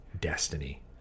destiny